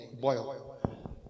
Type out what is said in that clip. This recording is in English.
boil